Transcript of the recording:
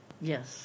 Yes